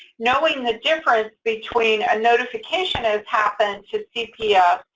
knowing the difference between a notification has happened to cps,